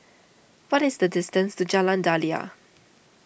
what is the distance to Jalan Daliah